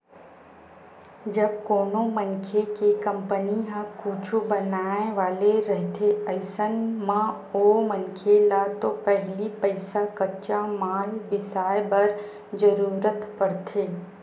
जब कोनो मनखे के कंपनी ह कुछु बनाय वाले रहिथे अइसन म ओ मनखे ल तो पहिली पइसा कच्चा माल बिसाय बर जरुरत पड़थे